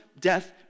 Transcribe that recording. death